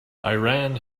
iran